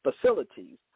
facilities